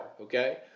Okay